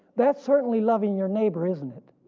that's certainly loving your neighbor isn't it.